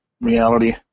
reality